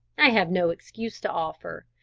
i have no excuse to offer,